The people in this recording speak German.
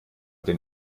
den